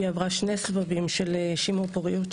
היא עברה שני סבבים של שימור פוריות.